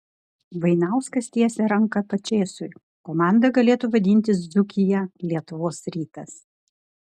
vainauskas tiesia ranką pačėsui komanda galėtų vadintis dzūkija lietuvos rytas